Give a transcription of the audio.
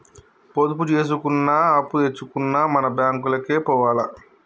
పొదుపు జేసుకున్నా, అప్పుదెచ్చుకున్నా మన బాంకులకే పోవాల